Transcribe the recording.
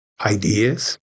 ideas